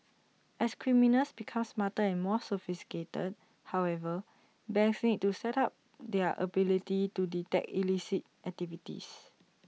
as criminals become smarter and more sophisticated however banks need to step up their ability to detect illicit activities